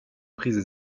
prise